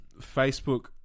Facebook